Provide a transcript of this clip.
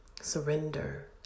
surrender